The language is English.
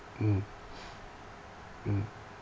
mm mm